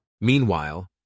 Meanwhile